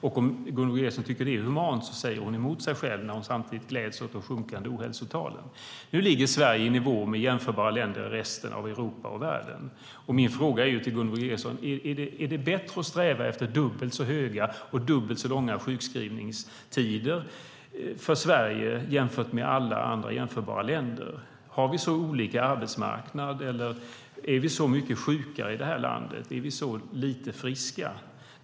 Om Gunvor G Ericson tycker att det är inhumant säger hon emot sig själv när hon samtidigt gläds åt de sjunkande ohälsotalen. Sverige ligger nu i nivå med jämförbara länder i resten av Europa och världen. Min fråga till Gunvor G Ericson är: Är det bättre att sträva efter att Sverige ska ha dubbelt så många och dubbelt så långa sjukskrivningstider som andra jämförbara länder? Har vi så olika arbetsmarknader? Eller är vi så mycket sjukare i detta land? Är vi så lite friska?